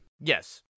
Yes